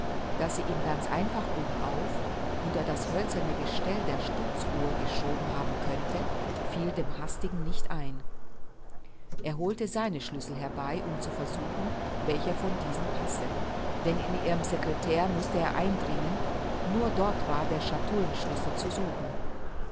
daß sie ihn ganz einfach oben auf unter das hölzerne gestell der stutzuhr geschoben haben könnte fiel dem hastigen nicht ein er holte seine schlüssel herbei um zu versuchen welcher von diesen passe denn in ihren secretair mußte er eindringen nur dort war der chatoullenschlüssel zu suchen